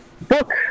book